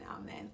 Amen